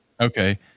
Okay